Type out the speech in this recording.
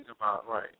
Right